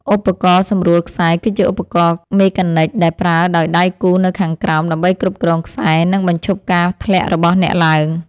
ឧបករណ៍សម្រួលខ្សែ គឺជាឧបករណ៍មេកានិចដែលប្រើដោយដៃគូនៅខាងក្រោម ដើម្បីគ្រប់គ្រងខ្សែ និងបញ្ឈប់ការធ្លាក់របស់អ្នកឡើង។